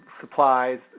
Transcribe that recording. supplies